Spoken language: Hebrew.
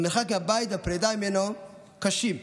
המרחק מהבית, הפרדה ממנו, קשים,